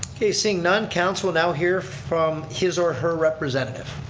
okay, seeing none, council will now hear from his or her representative.